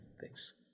Thanks